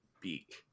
beak